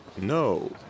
No